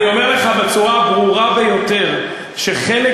הממשלה קיבלה אתמול החלטה על